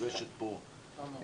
שנדרשת פה מנהיגות,